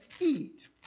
eat